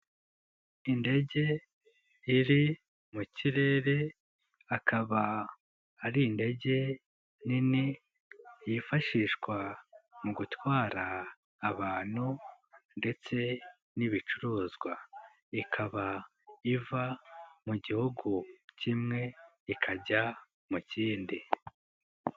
Indege iri mu kirere akaba ari indege nini yifashishwa mu gutwara abantu ndetse n'ibicuruzwa, ikaba iva mu gihugu kimwe ikajya mu kindi.